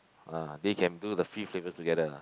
ah they can do the free flavours together ah